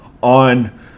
on